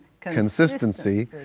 consistency